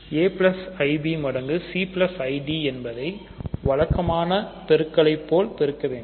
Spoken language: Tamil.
a ib மடங்கு cid எ என்பதை வழக்கமான பெருக்களை போல பெருக்க வேண்டும்